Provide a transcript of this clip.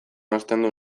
ostendu